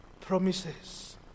promises